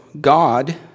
God